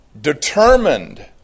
determined